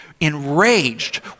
enraged